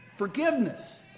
Forgiveness